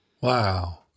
Wow